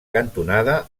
cantonada